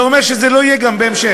זה אומר שזה לא יהיה גם בהמשך.